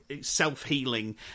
self-healing